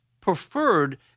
preferred